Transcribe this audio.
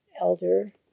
elder